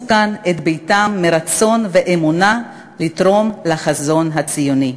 כאן את ביתם מרצון ובאמונה לתרום לחזון הציוני.